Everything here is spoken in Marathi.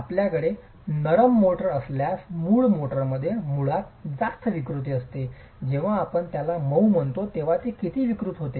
आपल्याकडे नरम मोर्टार असल्यास मुळ मोर्टारमध्ये मुळात जास्त विकृती असते जेव्हा आपण त्याला मऊ म्हणतो तेव्हा ते किती विकृत होते